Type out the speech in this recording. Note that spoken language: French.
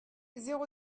zéro